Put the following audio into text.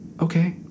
Okay